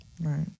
Right